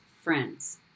friends